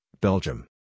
Belgium